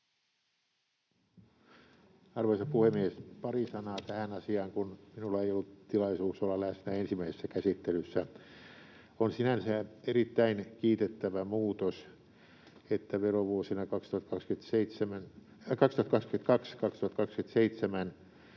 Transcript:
Arvoisa puhemies! Pari sanaa tähän asiaan, kun minulla ei ollut tilaisuutta olla läsnä ensimmäisessä käsittelyssä. On sinänsä erittäin kiitettävä muutos, että verovuosina 2022—2027